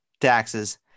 taxes